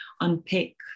unpick